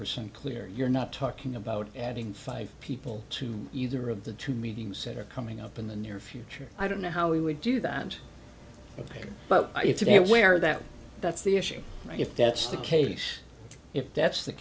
percent clear you're not talking about adding five people to either of the two meetings that are coming up in the near future i don't know how we would do that and but if you get where that that's the issue if that's the case if that's the